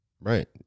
Right